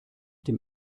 dem